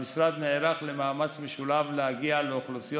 המשרד נערך למאמץ משולב להגיע לאוכלוסיות